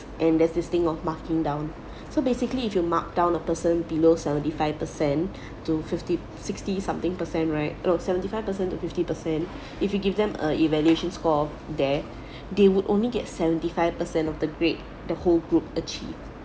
and there's this thing of marking down so basically if you mark down a person below seventy five per cent to fifty sixty something percent right no seventy five percent to fifty percent if you give them a evaluation score there they would only get seventy five percent of the grade the whole group achieve